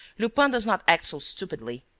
lupin does not act so stupidly.